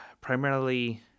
primarily